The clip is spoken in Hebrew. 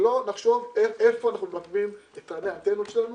שלא נחשוב איפה אנחנו ממקמים את האנטנות שלנו